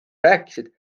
rääkisid